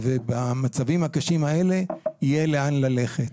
ובמצבים הקשים האלה יהיה לאן ללכת.